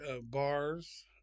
bars